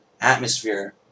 atmosphere